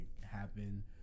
happen